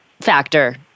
factor